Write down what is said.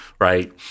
right